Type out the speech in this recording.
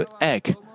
egg